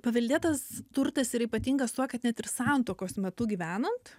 paveldėtas turtas yra ypatingas tuo kad net ir santuokos metu gyvenant